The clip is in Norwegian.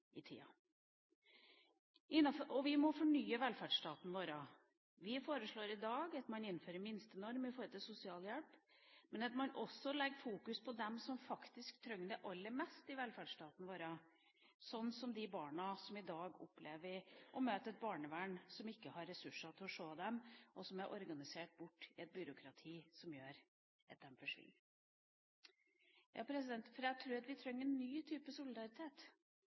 tida. Og vi må fornye velferdsstaten vår. Vi foreslår i dag at man innfører en minstenorm i forhold til sosialhjelp, men at man også fokuserer på dem som faktisk trenger det aller mest i velferdsstaten vår, slik som de barna som i dag opplever å møte et barnevern som ikke har ressurser til å se dem, og som er organisert bort i et byråkrati som gjør at de forsvinner. Jeg tror at vi trenger en ny type solidaritet.